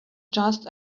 just